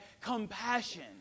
compassion